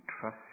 trust